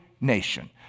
nation